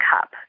cup